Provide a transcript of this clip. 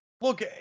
look